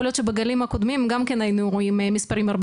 יכול להיות שבגלים הקודמים גם כן היינו רואים מספרים הרבה